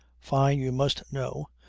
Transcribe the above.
fyne, you must know,